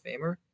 Famer